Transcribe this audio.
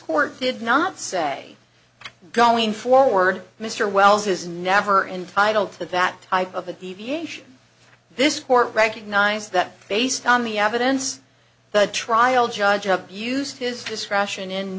court did not say going forward mr wells is never entitle to that type of a deviation this court recognize that based on the evidence the trial judge abused his discretion in